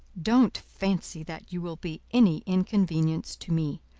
don't fancy that you will be any inconvenience to me,